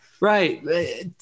Right